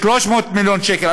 300 מיליון שקל,